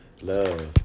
love